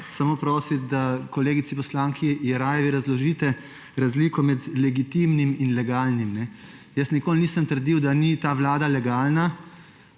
samo prositi, da kolegici poslanki Jeraj razložite razliko med legitimnim in legalnim. Jaz nikoli nisem trdil, da ta vlada ni legalna,